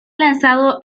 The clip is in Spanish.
lanzado